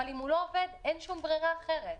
אבל אם הוא לא עובד אין ברירה אחרת.